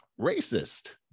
racist